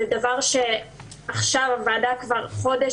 זה דבר שעכשיו הוועדה מתעסקת בו כבר חודש,